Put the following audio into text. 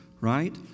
right